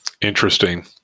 Interesting